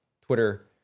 Twitter